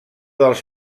dels